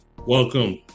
welcome